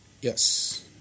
yes